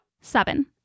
Seven